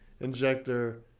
Injector